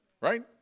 Right